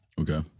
Okay